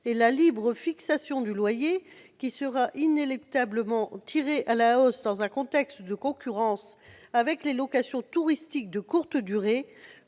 et la libre fixation du loyer qui sera inéluctablement tiré à la hausse dans un contexte de concurrence avec les locations touristiques de courte durée